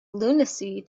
lunacy